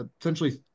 essentially